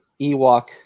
Ewok